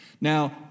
Now